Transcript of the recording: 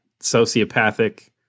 sociopathic